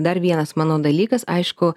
dar vienas mano dalykas aišku